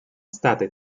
state